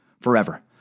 forever